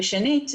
שנית,